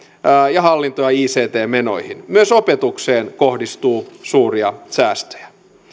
ja hallinto ja ict menoihin myös opetukseen kohdistuu suuria säästöjä